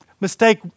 mistake